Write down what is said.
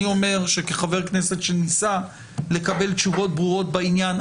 אני אומר שכחבר כנסת שניסה לקבל תשובות ברורות בעניין,